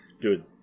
dude